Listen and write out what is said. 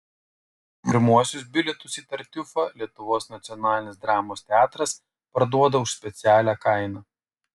pirmuosius bilietus į tartiufą lietuvos nacionalinis dramos teatras parduoda už specialią kainą